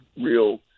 real